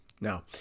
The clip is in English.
Now